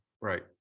Right